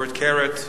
Robert Caret,